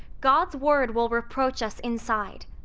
god's word will reproach us inside.